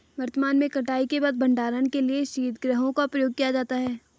वर्तमान में कटाई के बाद भंडारण के लिए शीतगृहों का प्रयोग किया जाता है